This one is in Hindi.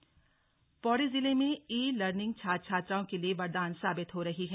ई लर्निंग पौड़ी जिले में ई लर्निंग छात्र छात्राओं के लिए वरदान साबित हो रही है